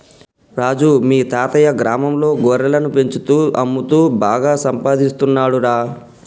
రాజు మీ తాతయ్యా గ్రామంలో గొర్రెలను పెంచుతూ అమ్ముతూ బాగా సంపాదిస్తున్నాడురా